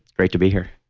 great to be here